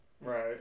right